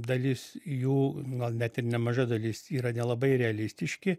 dalis jų gal net ir nemaža dalis yra nelabai realistiški